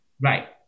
Right